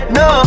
no